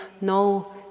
no